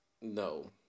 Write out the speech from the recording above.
No